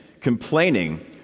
complaining